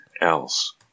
else